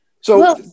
So-